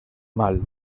mal